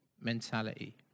mentality